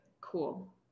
Cool